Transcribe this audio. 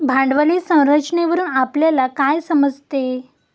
भांडवली संरचनेवरून आपल्याला काय समजते?